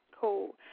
cool